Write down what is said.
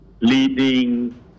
leading